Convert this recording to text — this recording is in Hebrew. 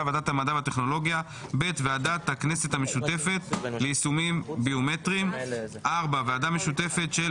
ועדת הכנסת המשותפת ליישומים ביומטריים, לפי